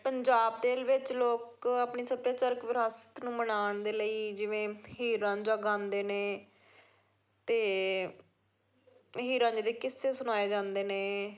ਪੰਜਾਬ ਦੇ ਵਿੱਚ ਲੋਕ ਆਪਣੀ ਸੱਭਿਆਚਾਰਕ ਵਿਰਾਸਤ ਨੂੰ ਮਨਾਉਣ ਦੇ ਲਈ ਜਿਵੇਂ ਹੀਰ ਰਾਂਝਾ ਗਾਂਦੇ ਨੇ ਅਤੇ ਹੀਰਾਂ ਜੀ ਦੇ ਕਿੱਸੇ ਸੁਣਾਏ ਜਾਂਦੇ ਨੇ